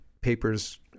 papers